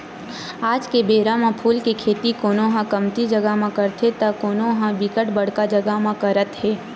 आज के बेरा म फूल के खेती कोनो ह कमती जगा म करथे त कोनो ह बिकट बड़का जगा म करत हे